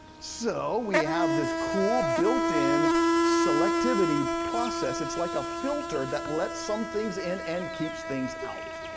so we have this cool built-in selectivity process, it's like a filter that lets some things in and keeps things out.